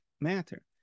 matter